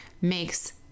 makes